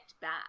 back